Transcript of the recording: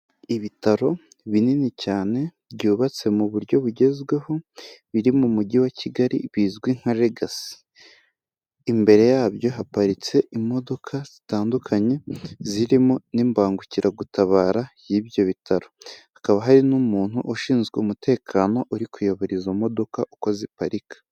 Ibitaro binini cyane byubatse mu buryo bugezweho, biri mu mujyi wa Kigali bizwi nka Legacy, imbere yabyo haparitse imodoka zitandukanye, zirimo n'ibangukiragutabara y'ibyo bitaro, hakaba hari n'umuntu ushinzwe umutekano uri kuyobora izo modoka uko ziparika.